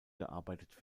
gearbeitet